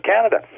Canada